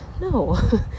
no